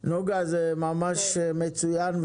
נגה, זה ממש מצוין.